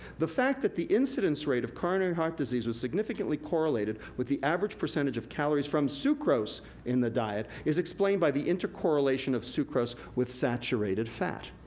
the fact that the incidence rate of coronary heart disease was significantly correlated with the average percentage of calories from sucrose in the diet, is explained by the intercorrelation of sucrose with saturated fat.